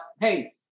hey